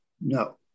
No